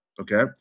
okay